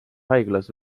haiglas